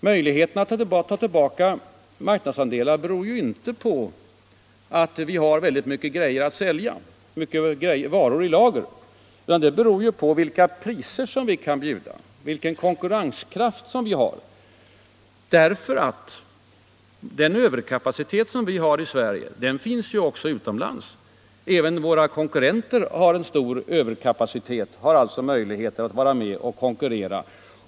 Om vi skall kunna ta tillbaka marknadsandelar beror ju inte på att vi har väldigt mycket varor i lager, utan det beror på vilka priser vi kan erbjuda, vilken konkurrenskraft vi har. Den överkapacitet som vi har i Sverige finns ju också utomlands. Även våra konkurrenter har stor överkapacitet och alltså möjligheter att vara med och konkurrera.